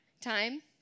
Time